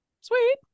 sweet